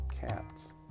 Cats